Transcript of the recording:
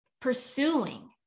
pursuing